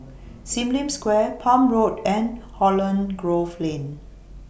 SIM Lim Square Palm Road and Holland Grove Lane